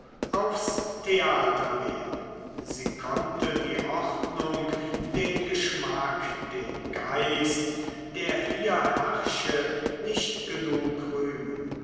aufs theater gehen sie konnte die ordnung den geschmack den geist der hier herrsche nicht genug rühmen